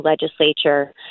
legislature